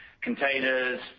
containers